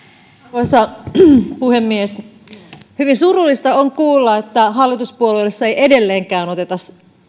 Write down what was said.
arvoisa puhemies hyvin surullista on kuulla että hallituspuolueissa ei edelleenkään oteta